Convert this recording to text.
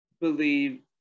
believe